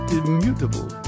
immutable